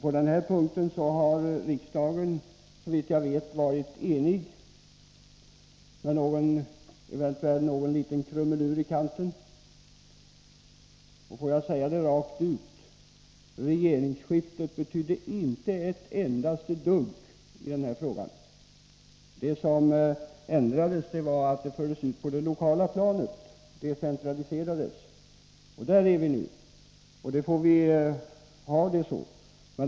På den här punkten har riksdagen såvitt jag vet varit enig, eventuellt med någon liten krumelur i kanten. Får jag säga det rakt ut: Regeringsskiftet betydde inte ett dugg i den här frågan. Det som ändrades var att besluten fördes ut på det lokala planet och decentraliserades. Där är vi nu, och nu får vi ha det så.